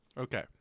Okay